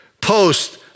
post